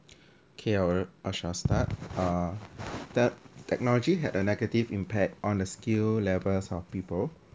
okay I’ll I shall start uh that technology has a negative impact on the skill levels of people